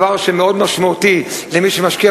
דבר שמאוד משמעותי למי שמשקיע,